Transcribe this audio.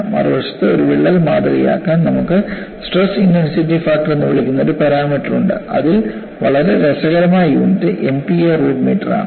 മറുവശത്ത് ഒരു വിള്ളൽ മാതൃകയാക്കാൻ നമുക്ക് സ്ട്രെസ് ഇന്റൻസിറ്റി ഫാക്ടർ എന്ന് വിളിക്കുന്ന ഒരു പാരാമീറ്റർ ഉണ്ട് അതിൽ വളരെ രസകരമായ യൂണിറ്റ് Mpa റൂട്ട് മീറ്റർ ആണ്